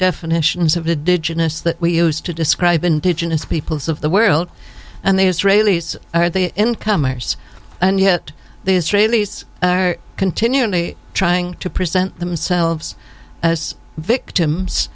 that we use to describe indigenous peoples of the world and the israelis are the incomers and yet the israelis are continually trying to present themselves as victims